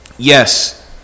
Yes